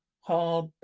hard